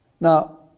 Now